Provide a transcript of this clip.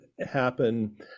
happen